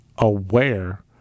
aware